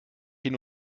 hin